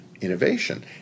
innovation